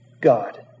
God